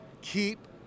Keep